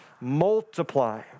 multiply